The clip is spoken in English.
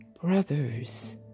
brothers